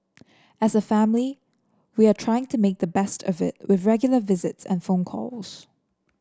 as a family we are trying to make the best of it with regular visits and phone calls